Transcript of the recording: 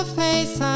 face